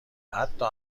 حتا